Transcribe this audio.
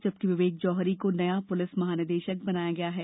जबकि विवेक जौहरी को नया पुलिस महानिदेशक बनाया गया है